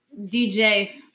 DJ